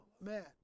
man